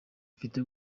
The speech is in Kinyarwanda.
mfite